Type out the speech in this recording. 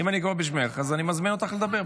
אם אני קורא בשמך אז אני מזמין אותך לדבר.